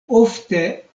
ofte